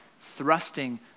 thrusting